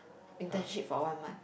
internship for one month